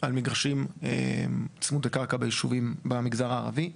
על מגרשים צמודי קרקע ביישובים במגזר הערבי.